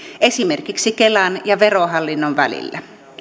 esimerkiksi kelan ja verohallinnon välillä